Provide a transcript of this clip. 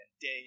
day